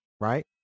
right